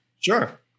Sure